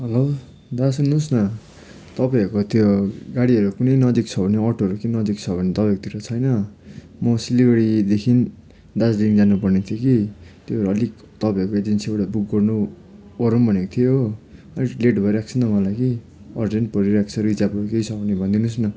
hello दादा सुन्नुहोस् न तपाईँहरूको त्यो गाडीहरू कुनै नजिक छ भने अटोहरू नजिक छ भने तपाईँकोतिर छैन म सिलगढीदेखि दार्जिलिङ जानुपर्ने थियो कि त्यही भएर अलिक तपाईँहरूको एजेन्सीबाट बुक गर्नु गरुँ भनेक थिएँ हो अलिक लेट भइराखेको छ नि त मलाई कि अर्जेन्ट परिरहेक छ रिजार्भको केही छ भने भनिदिनुहोस् न